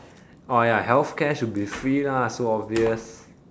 orh ya healthcare should be free lah so obvious